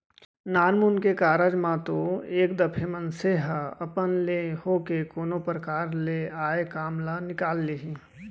नानमुन के कारज म तो एक दफे मनसे ह अपन ले होके कोनो परकार ले आय काम ल निकाल लिही